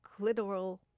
clitoral